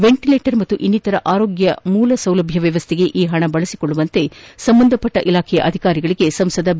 ಮೆಂಟಲೇಟರ್ ಹಾಗೂ ಇನ್ನಿತರ ಆರೋಗ್ಯ ಮೂಲ ಸೌಲಭ್ಯ ವ್ಯವಸ್ಥೆಗೆ ಈ ಹಣವನ್ನು ಬಳಸಿಕೊಳ್ಳುವಂತೆ ಸಂಬಂಧಪಟ್ಟ ಇಲಾಖೆಯ ಅಧಿಕಾರಿಗಳಿಗೆ ಸಂಸದ ಬಿ